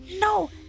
no